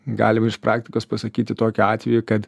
galim iš praktikos pasakyti tokį atvejį kad